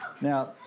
Now